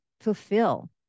fulfill